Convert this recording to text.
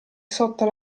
sotto